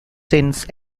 since